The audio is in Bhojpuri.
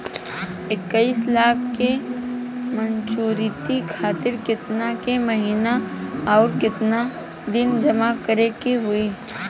इक्कीस लाख के मचुरिती खातिर केतना के महीना आउरकेतना दिन जमा करे के होई?